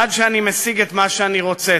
עד שאני משיג את מה שאני רוצה.